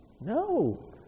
No